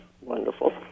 wonderful